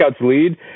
lead